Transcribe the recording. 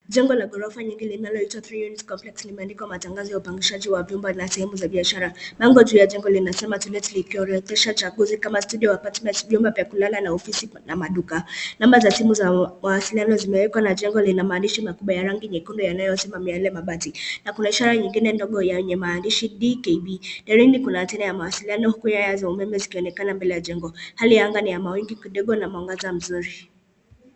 Jengo la ghorofa nyingi linaloitwa Three Units Complex limeandikwa matangazo ya upangishaji wa vyumba na sehemu za biashara. Bango juu ya jengo linasema To Let likiororedesha uchaguzi kama studio apartments , vyumba vya kulala na ofisi na maduka. Namba za simu za mawasiliano zimewekwa na jengo lina madirisha makubwa ya rangi nyekundu yanayosimamia yale mabati. Na kuna ishara nyingine ndogo yenye maandishi DKB . Darini kuna tena ya mawasiliano huku nyaya za umeme zikionekana mbele ya jengo. Hali ya anga ni ya mawingu kidogo na mwangaza mzuri.